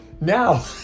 Now